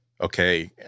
okay